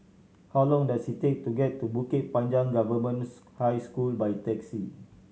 how long does it take to get to Bukit Panjang Government High School by taxi